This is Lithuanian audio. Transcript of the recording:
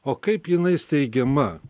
o kaip jinai steigiama